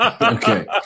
Okay